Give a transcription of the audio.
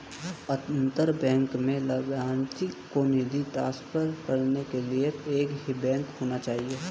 अंतर बैंक में लभार्थी को निधि ट्रांसफर करने के लिए एक ही बैंक होना चाहिए